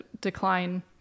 decline